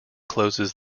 closes